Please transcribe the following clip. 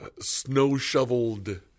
snow-shoveled